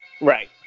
Right